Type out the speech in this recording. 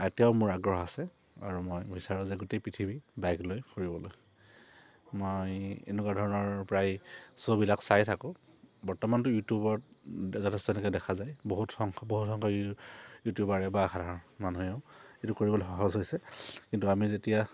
এতিয়াও মোৰ আগ্ৰহ আছে আৰু মই বিচাৰোঁ যে গোটেই পৃথিৱী বাইক লৈ ফুৰিবলৈ মই এনেকুৱা ধৰণৰ প্ৰায় শ্ব'বিলাক চাই থাকোঁ বৰ্তমানতো ইউটিউবত যথেষ্ট এনেকৈ দেখা যায় বহুত সংখ্য বহুত সংখ্য ইউ ইউটিউবাৰে বা সাধাৰণ মানুহেও এইটো কৰিবলৈ সহজ হৈছে কিন্তু আমি যেতিয়া